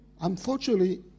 unfortunately